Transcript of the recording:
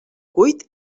cuit